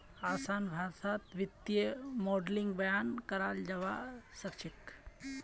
असान भाषात वित्तीय माडलिंगक बयान कराल जाबा सखछेक